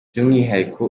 by’umwihariko